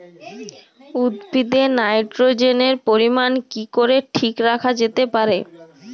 উদ্ভিদে নাইট্রোজেনের পরিমাণ কি করে ঠিক রাখা যেতে পারে?